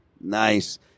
Nice